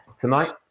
tonight